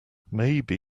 maybe